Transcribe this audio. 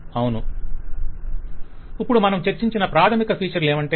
vendor ఇప్పుడు మనం చర్చించిన ప్రాధమిక ఫీచర్ లు ఏమంటే